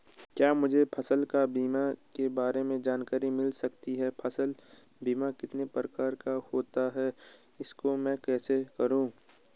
क्या मुझे फसल बीमा के बारे में जानकारी मिल सकती है फसल बीमा कितने प्रकार का होता है इसको मैं कैसे करूँ?